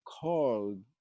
called